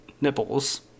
nipples